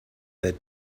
that